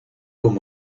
con